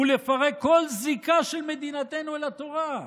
"ולפרק כל זיקה של מדינתנו לתורה".